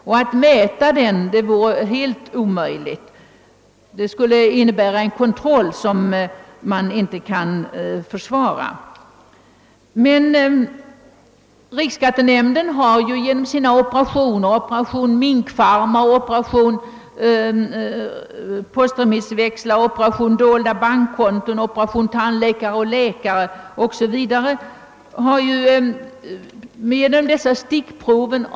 Och att mäta den är omöjligt. Det skulle fordra en kontroll som vore helt oförsvar bar. Men riksskattenämnden har genom sina stickprov — operationerna minkfarm, postremissväxlar, dolda bankkonton, tandläkare och läkare 0. s. Vv.